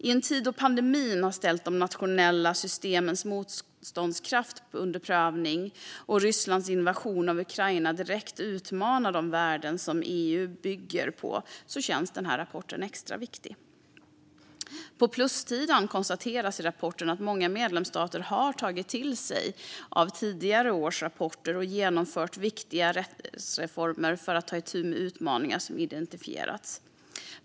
I en tid då pandemin ställt de nationella systemens motståndskraft under prövning och Rysslands invasion av Ukraina direkt utmanar de värden som EU bygger på känns denna rapport extra viktig. På plussidan konstateras i rapporten att många medlemsstater har tagit till sig av tidigare års rapporter och genomfört viktiga rättsreformer för att ta itu med utmaningar som identifierats.